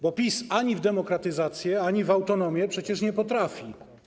Bo PiS ani w demokratyzację, ani w autonomię przecież nie potrafi.